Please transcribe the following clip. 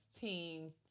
teams